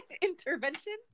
Intervention